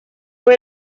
fue